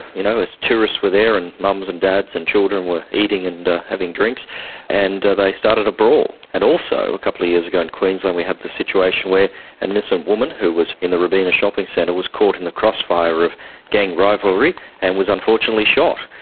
you know, as tourists were there and mums and dads and children were eating and having drinks and they started a brawl. and also, a couple of years ago in queensland we had the situation where an innocent woman who was in the robina shopping centre was caught in the crossfire of gang rivalry and was unfortunately shot,